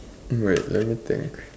wait let me think